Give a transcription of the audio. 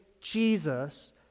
Jesus